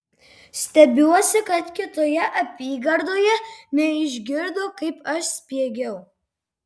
stebiuosi kad kitoje apygardoje neišgirdo kaip aš spiegiau